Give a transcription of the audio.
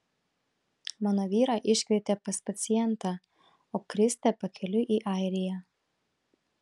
mano vyrą iškvietė pas pacientą o kristė pakeliui į airiją